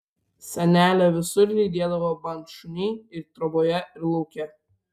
senelę visur lydėdavo bandšuniai ir troboje ir lauke